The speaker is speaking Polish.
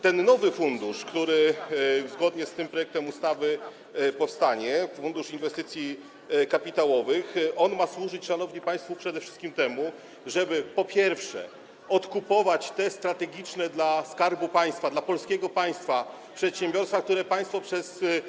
Ten nowy fundusz, który zgodnie z tym projektem ustawy powstanie, Fundusz Inwestycji Kapitałowych, ma służyć, szanowni państwo, przede wszystkim temu, żeby odkupować te strategiczne dla Skarbu Państwa, dla polskiego państwa przedsiębiorstwa, które państwo przez.